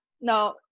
No